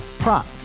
Prop